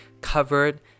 covered